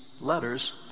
letters